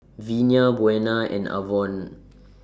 Vinie Buena and Avon